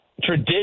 tradition